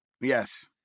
Yes